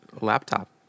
laptop